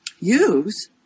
use